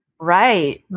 right